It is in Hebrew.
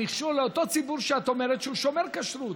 המכשול לאותו ציבור שאת אומרת שהוא שומר כשרות.